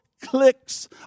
Clicks